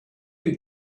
you